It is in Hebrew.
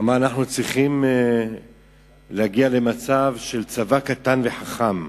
אמר: אנחנו צריכים להגיע למצב של צבא קטן וחכם.